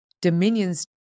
Dominion's